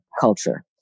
culture